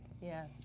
yes